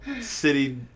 city